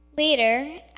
Later